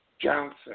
Johnson